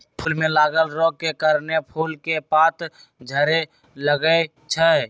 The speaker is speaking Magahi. फूल में लागल रोग के कारणे फूल के पात झरे लगैए छइ